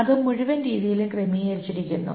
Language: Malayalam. അത് ആ മുഴുവൻ രീതിയിലും ക്രമീകരിച്ചിരിക്കുന്നു